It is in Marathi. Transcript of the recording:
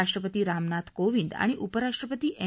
राष्ट्रपती रामनाथ कोविंद आणि उपराष्ट्रपती एम